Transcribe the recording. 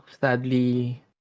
sadly